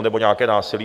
Nebo nějaké násilí.